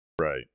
Right